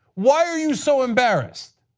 why are you so embarrassed?